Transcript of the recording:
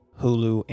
hulu